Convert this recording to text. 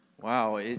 Wow